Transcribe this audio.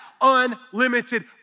unlimited